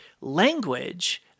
language